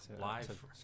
live